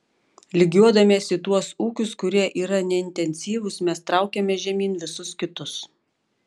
lygiuodamiesi į tuos ūkius kurie yra neintensyvūs mes traukiame žemyn visus kitus